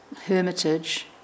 hermitage